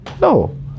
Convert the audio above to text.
No